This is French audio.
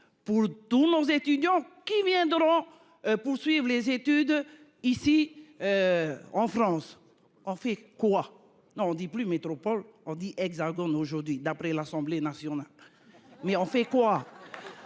Pour tous nos étudiants qui vient de Rouen poursuivent les études ici. En France en fait quoi. On dit plus métropole Andy hexagone aujourd'hui d'après l'Assemblée nationale. Mais on fait quoi.